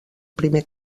primer